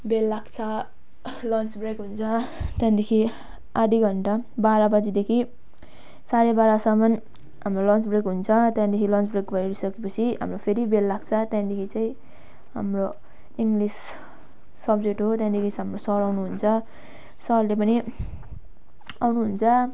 बेल लाग्छ lunch break हुन्छ त्यहाँदेखि आधी घण्टा बाह्र बजीदेखि साढे बाह्रसम्म हाम्रो लन्च ब्रेक हुन्छ त्यहाँदेखि लन्च ब्रेक भइसके पछि हाम्रो फेरि बेल लाग्छ त्यहाँदेखि चाहिँ हाम्रो इङ्ग्लिस सब्जेक्ट हो त्यहाँदेखि हाम्रो सर आउनु हुन्छ सरले पनि आउनु हुन्छ